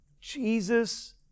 Jesus